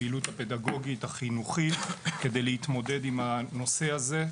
הפעילות הפדגוגית החינוכית כדי להתמודד עם הנושא הזה.